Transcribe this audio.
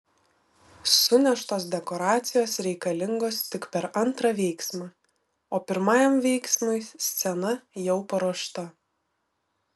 suneštos dekoracijos reikalingos tik per antrą veiksmą o pirmajam veiksmui scena jau paruošta